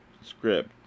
script